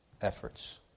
efforts